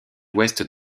ouest